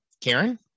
Karen